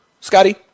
Scotty